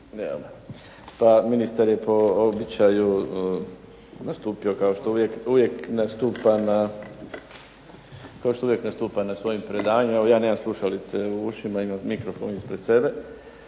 Pa ministar je po običaju nastupio kao što uvijek nastupa na svojim predavanjima. Evo ja nemam slušalice u ušima. Imam mikrofon ispred sebe.